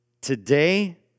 Today